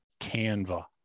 Canva